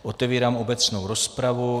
Otevírám obecnou rozpravu.